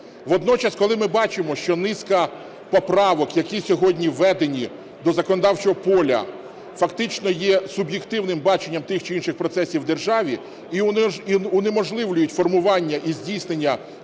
Водночас, коли ми бачимо, що низка поправок, які сьогодні введені до законодавчого поля, фактично є суб'єктивним баченням тих чи інших процесів у державі і унеможливлюють формування і здійснення